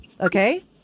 Okay